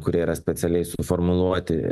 kurie yra specialiai suformuluoti